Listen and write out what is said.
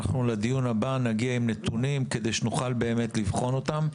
לדיון הבא נגיע עם נתונים כדי שנוכל באמת לבחון אותם.